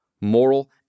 moral